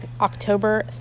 october